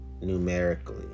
numerically